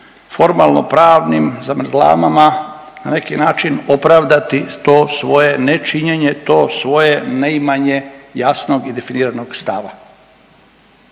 formalnopravnim zavrzlamama na neki način opravdati to svoje nečinjenje, to svoje neimanje jasnog i definiranog stava.